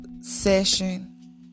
session